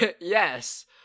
Yes